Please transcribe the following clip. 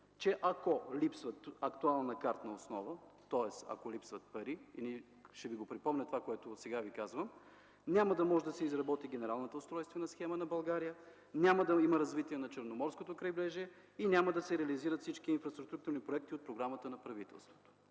че ако липсва актуална картна основа, тоест ако липсват пари (ще ви припомня това, което сега ви казвам), няма да може да се изработи Генералната устройствена схема на България, няма да има развитие на Черноморското крайбрежие и няма да се реализират всички инфраструктурни проекти от програмата на правителството.